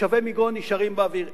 תושבי מגרון נשארים באוויר.